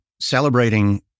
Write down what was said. celebrating